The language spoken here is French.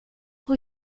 rue